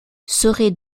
serait